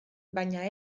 baina